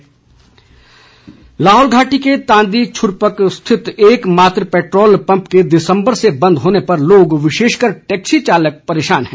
petrol pump Lahaul घाटी के तांदी छुरपक स्थित एक मात्र पैट्रोल पम्प के दिसम्बर से बंद होने पर लोग विशेषकर टैक्सी चालक परेशान हैं